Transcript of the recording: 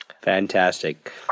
Fantastic